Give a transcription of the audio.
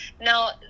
Now